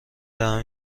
دهم